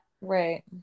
Right